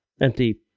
empty